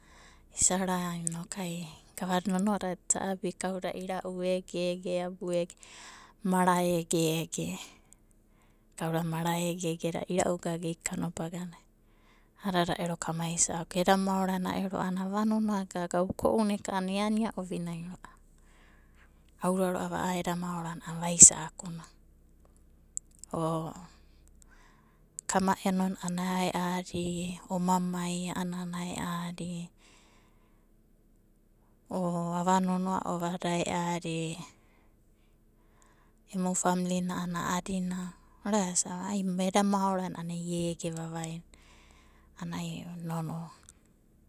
Isa ra inokai gavada nonoadada isa abi kauda ira'u egege abu ege, mara egege. Kauda mara egege ira'u gaga ia kanobaganai a'adada ero kama isa'aku. Eda maorada ero a'ana ava nonoagaga uko'una eka eania ovinai ro'ava. Aura ro'ava a'a eda maorana a'ana vaisa'akuna o kama'eno na a'ana ae'adi, oma mai a'ana ae'adi, o ava nonoa'o va a'ada ae'adi. Emu famlina a'ana a'adina orasave a'anai eda maorana a'anai ege vavaina a'anai nonoa.